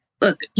look